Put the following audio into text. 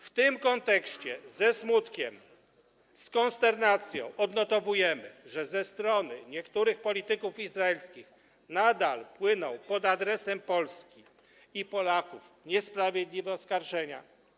W tym kontekście ze smutkiem, z konsternacją odnotowujemy, że ze strony niektórych polityków izraelskich nadal płyną pod adresem Polski i Polaków niesprawiedliwe oskarżenia.